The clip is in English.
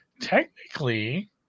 Technically